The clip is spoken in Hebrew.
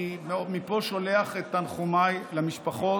אני מפה שולח את תנחומיי למשפחות.